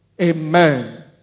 Amen